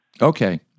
Okay